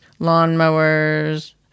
lawnmowers